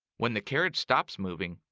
when the carriage stops moving,